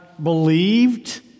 believed